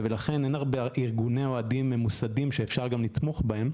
לכן אין הרבה ארגוני אוהדים ממוסדים שאפשר גם לתמוך בהם.